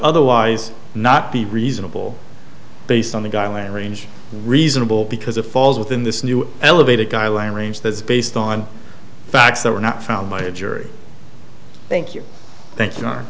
otherwise not be reasonable based on the dial and range reasonable because it falls within this new elevated guy lamb range that is based on facts that were not found by a jury thank you thank you are